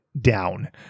down